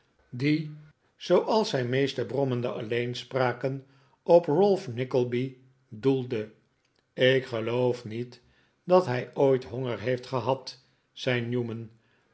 die zooals zijn meeste brommende alleenspraken op ralph nickleby doelde ik geloof niet dat hij ooit honger heeft gehad zei newman